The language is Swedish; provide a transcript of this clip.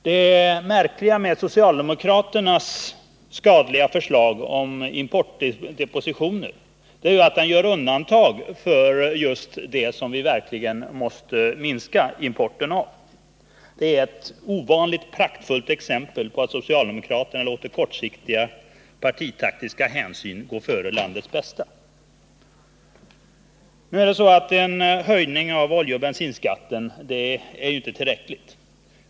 Det märkliga med socialdemokraternas skadliga förslag om importdepositioner är att det i detta görs undantag för just det som vi verkligen måste minska importen av. Det är ett ovanligt praktfullt exempel på att socialdemokraterna låter kortsiktiga partitaktiska hänsyn gå före landets bästa. Men det är inte tillräckligt med en höjning av oljeoch bensinskatterna.